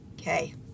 Okay